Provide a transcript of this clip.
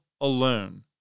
alone